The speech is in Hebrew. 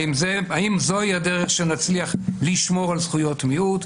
האם זוהי הדרך שנצליח לשמור על זכויות מיעוט?